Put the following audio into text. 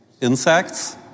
insects